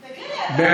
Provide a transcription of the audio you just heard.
חבל, תגיד לי, אתה,